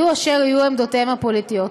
יהיו אשר יהיו עמדותיהם הפוליטיות.